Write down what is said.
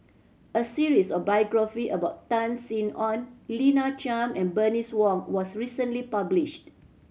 a series of biography about Tan Sin Aun Lina Chiam and Bernice Wong was recently published